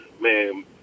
man